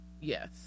yes